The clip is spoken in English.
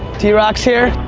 drock's here.